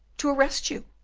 to arrest you.